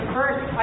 First